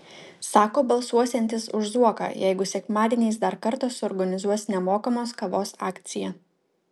sako balsuosiantis už zuoką jeigu sekmadieniais dar kartą suorganizuos nemokamos kavos akciją